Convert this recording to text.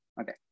okay